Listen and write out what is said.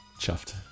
chuffed